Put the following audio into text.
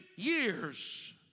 years